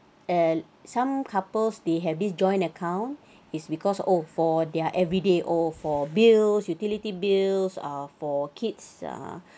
and some couples they have this joint account is because oh for their everyday oh for bills utility bills ah for kids (uh huh)